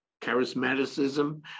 charismaticism